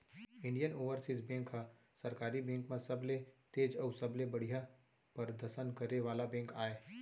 Indian Overseas Bank ह सरकारी bank म सबले तेज अउ सबले बड़िहा परदसन करे वाला बेंक आय